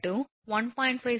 5 cm 0